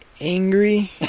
Angry